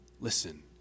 listen